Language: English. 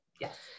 yes